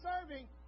serving